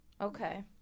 Okay